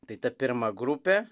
tai ta pirma grupė